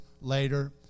later